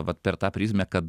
vat per tą prizmę kad